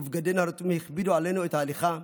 ובגדינו הרטובים הכבידו עלינו את ההליכה.